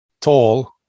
tall